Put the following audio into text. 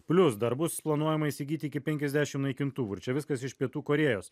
plius dar bus planuojama įsigyti iki penkiasdešim naikintuvų ir čia viskas iš pietų korėjos